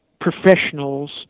professionals